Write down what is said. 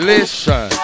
Listen